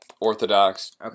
Orthodox